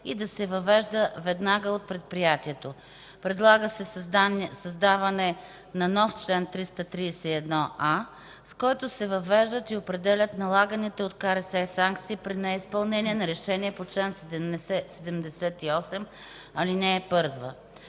и да се въвежда веднага от предприятието. Предлага се създаването на нов чл. 331а, с който се въвеждат и определят налаганите от КРС санкции при неизпълнение на решение по чл. 78, ал. 1.